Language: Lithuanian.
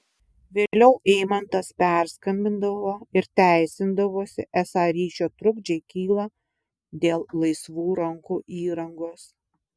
vėliau eimantas perskambindavo ir teisindavosi esą ryšio trukdžiai kyla dėl laisvų rankų įrangos